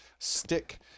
stick